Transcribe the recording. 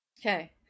Okay